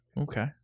Okay